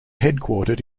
headquartered